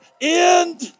end